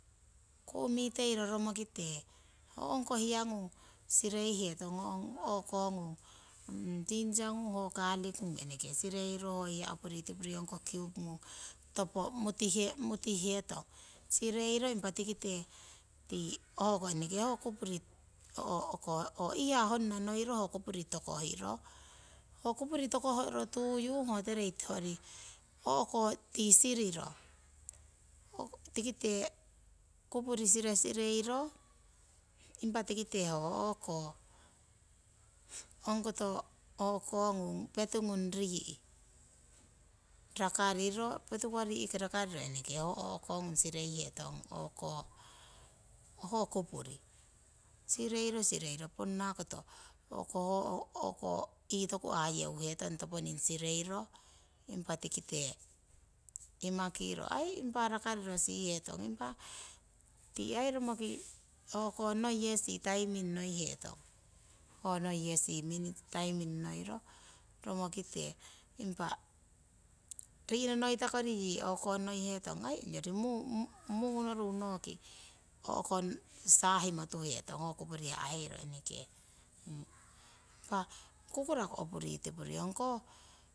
Ku' miteiro ho ongkoh hiyangung sireihetong ho ongkoh ginger oo garlic ngung eneke sireiro hiya opuritipuri topo mutih hetong sireiro impa tikite hoko ho eneke kupuri. ho tokohiro ho kupuri tokohro tuyu ho terei o'ko tii siriro tikite kupuri siresirero. Impa tikite ho o'ko ongkoto petungung rii' rakariro rii'ki rakarro ho o'ko sireihetong. kupuri sirei sireiro koto eitoku ayeuhotong impa tikite aii rakariro impa tii aii romoki noiyesi timing noihetong ho noi minute timing noiro romokite impa ri'nono noitakori. o'konoi hetong aii ongyori mungonoru roki ho kupuri sahimotuhetong ho kupuri impa kukuraku opuritipuri.